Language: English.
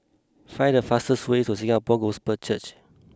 find the fastest way to Singapore Gospel Church